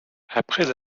après